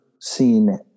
seen